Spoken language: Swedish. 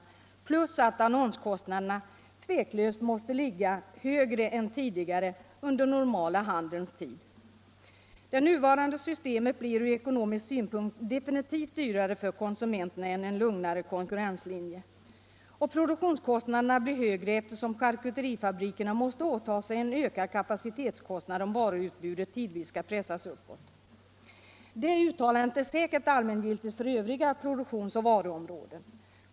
Till detta kommer att annonskostnaderna utan tvivel måste ligga högre än tidigare under den normala handelns tid. Det nuvarande systemet blir från ekonomisk synpunkt definitivt dyrare för konsumenterna än en lugnare konkurrenslinje. Produktionskostnaderna blir högre, eftersom charkuterifabrikerna måste åta sig en ökad kapacitetskostnad, om varuutbudet tidvis skall pressas uppåt. Det uttalandet är säkert allmängiltigt för övriga produktionsoch varuområden.